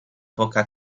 poca